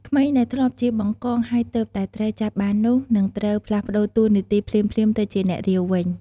ក្មេងដែលធ្លាប់ជា បង្កង ហើយទើបតែត្រូវចាប់បាននោះ នឹងត្រូវ ផ្លាស់ប្តូរតួនាទីភ្លាមៗ ទៅជា អ្នករាវ វិញ។